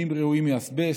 מבנים רעועים מאזבסט,